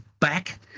back